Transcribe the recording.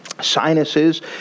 sinuses